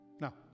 Now